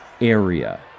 area